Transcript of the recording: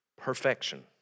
perfection